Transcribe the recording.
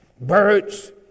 birds